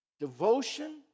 devotion